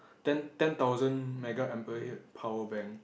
ten ten thousand megaampere power bank